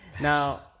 Now